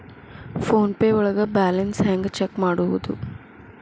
Phone pay ಒಳಗ balance ಹೆಂಗ್ check ಮಾಡುವುದು?